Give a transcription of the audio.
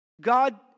God